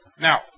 Now